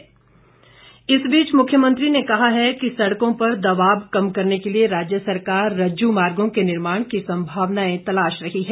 रज्ज् मार्ग इस बीच मुख्यमंत्री ने कहा है कि सड़कों पर दबाब कम करने के लिए राज्य सरकार रज्जू मार्गों के निर्माण की संभावनाएं तलाश रही है